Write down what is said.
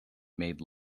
made